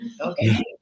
Okay